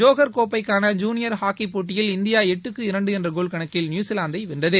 Johor கோப்பைக்கான junior ஹாக்கிப் போட்டியில் இந்தியா எட்டுக்கு இரண்டு என்ற கோல் கணக்கில் நியூசிலாந்தை வென்றது